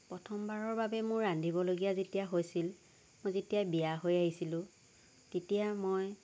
প্ৰথমবাৰৰ বাবে মোৰ ৰান্ধিবলগীয়া যেতিয়া হৈছিল মই যেতিয়া বিয়া হৈ আহিছিলোঁ তেতিয়া মই